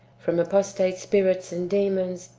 from apostate spirits and demons,